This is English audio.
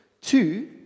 Two